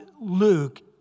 Luke